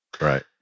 Right